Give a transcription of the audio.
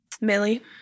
Millie